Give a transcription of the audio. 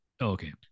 Okay